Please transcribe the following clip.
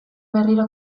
berriro